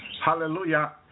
hallelujah